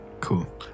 Cool